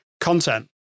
content